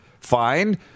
fine